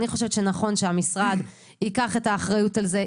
אני חושבת שנכון שהמשרד ייקח את האחריות על זה,